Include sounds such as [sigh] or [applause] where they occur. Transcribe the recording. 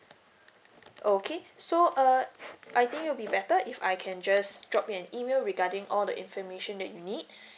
okay so uh I think it will be better if I can just drop you an email regarding all the information that you need [breath]